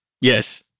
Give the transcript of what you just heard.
yes